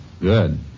Good